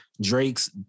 Drake's